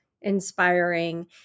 inspiring